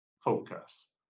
focus